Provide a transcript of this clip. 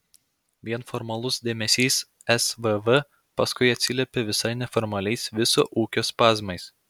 vien formalus dėmesys svv paskui atsiliepia visai neformaliais viso ūkio spazmais